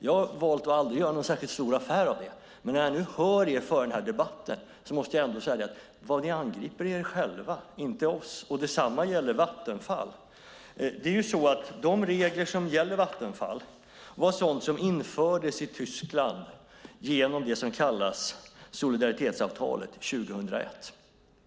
Jag har valt att aldrig göra någon särskilt stor affär av det, men när jag hör er föra den här debatten måste jag ändå säga att ni angriper er själva, inte oss. Detsamma gäller Vattenfall. De regler som gäller Vattenfall infördes i Tyskland genom det som kallas solidaritetsavtalet 2001.